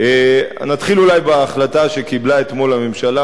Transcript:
נתחיל אולי בהחלטה שקיבלה אתמול הממשלה.